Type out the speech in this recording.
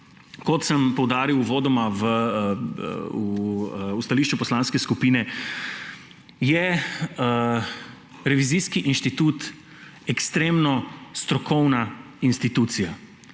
Kot sem poudaril uvodoma v stališču poslanske skupine, je revizijski inštitut ekstremno strokovna institucija.